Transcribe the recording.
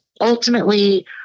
ultimately